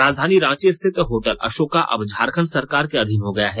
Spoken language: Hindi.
राजधानी रांची स्थित होटल अशोका अब झारखंड सरकार के अधीन हो गया है